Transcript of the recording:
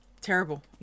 terrible